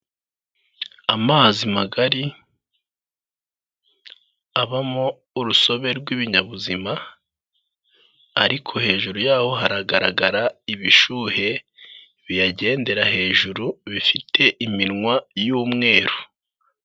Amazi magari abamo urusobe rw'ibinyabuzima ariko hejuru yaho haragaragara ibishuhe biyagendera hejuru bifite iminwa y'umweru.